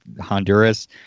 Honduras